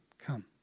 come